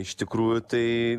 iš tikrųjų tai